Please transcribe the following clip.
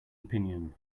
opinion